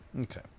Okay